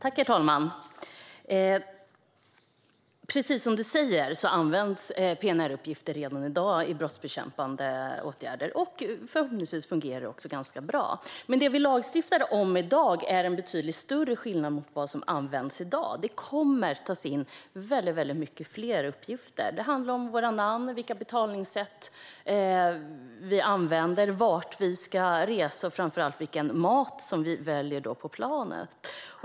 Herr talman! Precis som du säger, Sultan Kayhan, används PNR-uppgifter redan i dag i brottsbekämpande åtgärder, och förhoppningsvis fungerar det också ganska bra. Men det vi ska lagstifta om nu innebär en betydligt större skillnad mot hur uppgifterna används i dag. Det kommer att tas in väldigt mycket fler uppgifter. Det handlar om våra namn, vilka betalningssätt vi använder, vart vi ska resa och framför allt vilken mat vi väljer på planet.